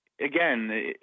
Again